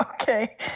Okay